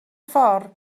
ffordd